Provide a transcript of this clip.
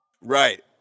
Right